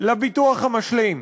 לביטוח המשלים.